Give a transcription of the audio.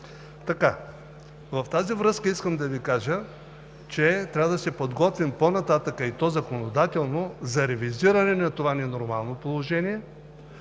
В тази връзка искам да Ви кажа, че трябва да се подготвим по-нататък, и то законодателно, за ревизиране на това ненормално положение.